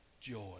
joy